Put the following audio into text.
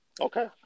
Okay